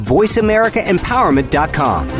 VoiceAmericaEmpowerment.com